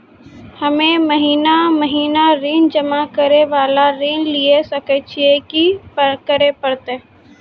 हम्मे महीना महीना ऋण जमा करे वाला ऋण लिये सकय छियै, की करे परतै?